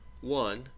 one